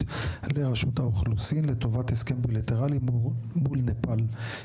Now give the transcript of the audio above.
לרשות האוכלוסין לטובת הסכם בילטרלי מול נפאל,